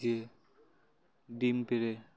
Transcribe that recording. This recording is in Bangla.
যে ডিম পেরে